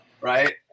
right